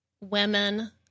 women